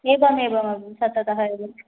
एवम् एवं सत्यतः एवं